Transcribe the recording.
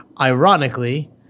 Ironically